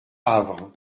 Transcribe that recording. avre